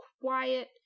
quiet